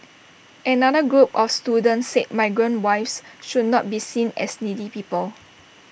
another group of students said migrant wives should not be seen as needy people